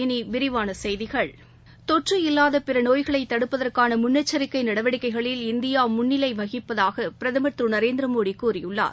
இனி விரிவான செய்திகள் தொற்று இல்லாத பிற நோய்களை தடுப்பதற்கான முன்னெச்சரிக்கை நடவடிக்கைகளில் இந்தியா முன்னிலை வகிப்பதாக பிரதமா் திரு நரேந்திரமோடி கூறியுள்ளார்